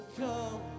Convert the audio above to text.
come